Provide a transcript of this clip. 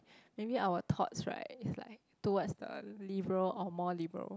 maybe our thoughts right is like towards the liberal or more liberal